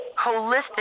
holistic